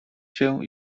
się